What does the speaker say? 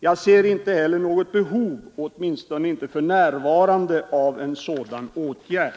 Jag ser inte heller något behov, åtminstone inte för närvarande, av en sådan åtgärd